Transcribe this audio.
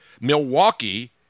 Milwaukee